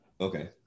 Okay